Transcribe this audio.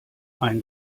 ein